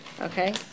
Okay